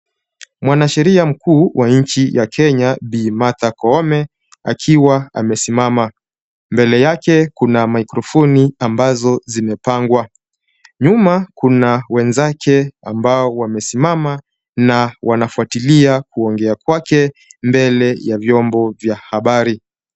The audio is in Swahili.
Mwanasheria mkuu wa nchi ya Kenya Bi. Martha Koome akiwa amesimama. Mbele yake kuna mikrofoni ambazo zimepangwa. Nyuma kuna wenzake ambao wamesimama na wanafuatilia kuongea kwake mbele ya vyombo vya habari.